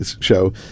show